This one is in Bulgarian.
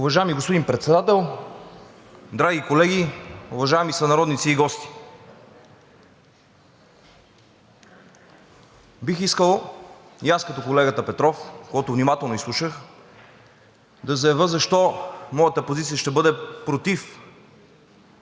Уважаеми господин Председател, драги колеги, уважаеми сънародници и гости! Бих искал и аз като колегата Петров, когото внимателно изслушах, да заявя защо моята позиция ще бъде против